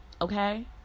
okay